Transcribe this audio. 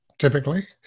typically